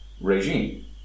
regime